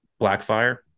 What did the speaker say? Blackfire